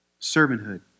servanthood